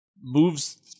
moves